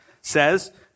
says